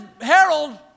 Harold